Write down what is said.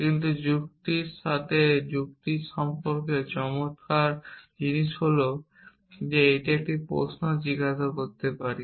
কিন্তু যুক্তির সাথে যুক্তি সম্পর্কে চমৎকার জিনিস হল যে আমরা একটি প্রশ্ন জিজ্ঞাসা করতে পারি